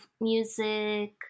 music